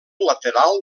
lateral